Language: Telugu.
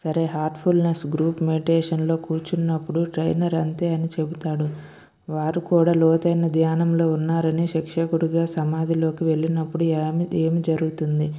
సరే హార్ట్ఫుల్నెస్ గ్రూప్ మెటేషన్ లో కూర్చున్నప్పుడు ట్రైనర్ అంతే అని చెపుతాడు వారు కూడా లోతైన ధ్యానంలో ఉన్నారని శిక్షకుడిగా సమాధిలోకి వెళ్ళినప్పుడు యాం ఏం జరుగుతుంది